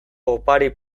opari